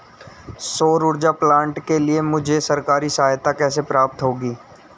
सौर ऊर्जा प्लांट के लिए मुझे सरकारी सहायता कैसे प्राप्त होगी?